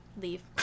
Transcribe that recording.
Leave